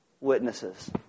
witnesses